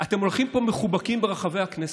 אתם הולכים פה מחובקים ברחבי הכנסת,